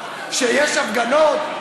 כשיש הפגנות,